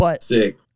Sick